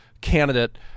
candidate